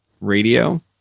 Radio